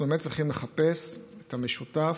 אנחנו באמת צריכים לחפש את המשותף,